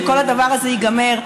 כשכל הדבר הזה ייגמר,